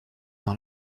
dans